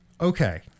Okay